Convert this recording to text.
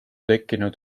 tekkinud